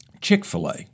Chick-fil-A